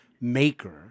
maker